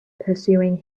pursuing